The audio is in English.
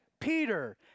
Peter